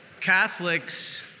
catholics